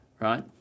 Right